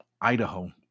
Idaho